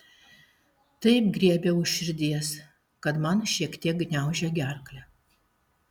taip griebia už širdies kad man šiek tiek gniaužia gerklę